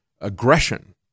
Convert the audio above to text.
aggression